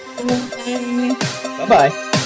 Bye-bye